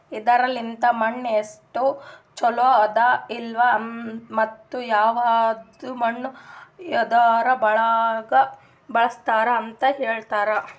ಇದುರ್ ಲಿಂತ್ ಮಣ್ಣು ಎಸ್ಟು ಛಲೋ ಅದ ಇಲ್ಲಾ ಮತ್ತ ಯವದ್ ಮಣ್ಣ ಯದುರ್ ಒಳಗ್ ಬಳಸ್ತಾರ್ ಅಂತ್ ಹೇಳ್ತಾರ್